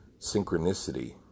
synchronicity